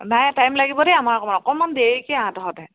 নাই টাইম লাগিব দেই আমাৰ অকণমান অকণমান দেৰিকৈ আহ তহঁতে